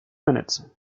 minutes